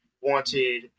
wanted